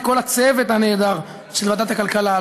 לכל הצוות הנהדר של ועדת הכלכלה,